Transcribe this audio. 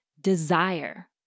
desire